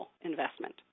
investment